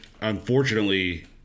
unfortunately